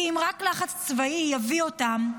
כי אם רק לחץ צבאי יביא אותם,